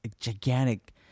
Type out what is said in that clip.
gigantic